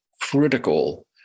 critical